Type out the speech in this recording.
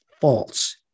False